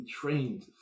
trained